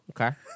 okay